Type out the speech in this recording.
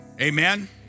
Amen